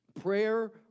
Prayer